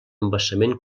embassament